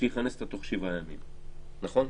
שיכנס אותה תוך שבעה ימים, נכון?